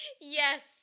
Yes